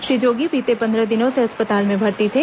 श्री जोगी बीते पन्द्रह दिनों से अस्पताल में भर्ती थे